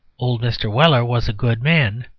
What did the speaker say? old mr. weller was a good man,